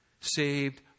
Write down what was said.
saved